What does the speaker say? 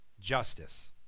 justice